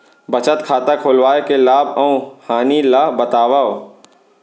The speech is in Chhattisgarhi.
बचत खाता खोलवाय के लाभ अऊ हानि ला बतावव?